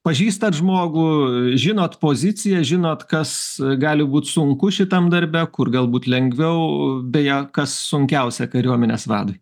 pažįstat žmogų žinot poziciją žinot kas gali būt sunku šitam darbe kur galbūt lengviau beje kas sunkiausia kariuomenės vadui